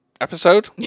episode